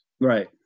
Right